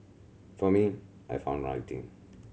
for me I found writing